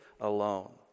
alone